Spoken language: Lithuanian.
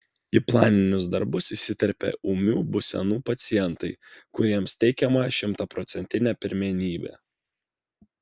į planinius darbus įsiterpia ūmių būsenų pacientai kuriems teikiama šimtaprocentinė pirmenybė